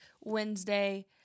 Wednesday